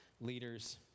leaders